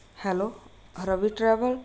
hello Ravi travel